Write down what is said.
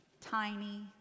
tiny